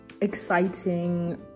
exciting